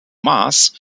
maas